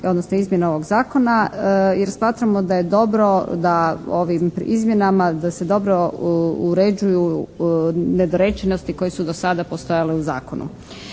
odnosno izmjene ovog zakona. Jer smatramo da je dobro da ovim izmjenama da se dobro uređuju nedorečenosti koje su do sada postojale u zakonu.